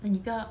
then 你不要